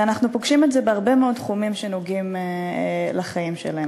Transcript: אנחנו פוגשים את זה בהרבה מאוד תחומים שנוגעים לחיים שלהם,